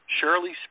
Shirley